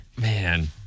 Man